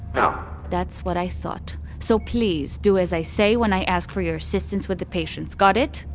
no that's what i thought. so please do as i say when i ask for your assistance with the patients. got it?